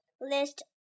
list